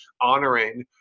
honoring